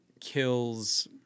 kills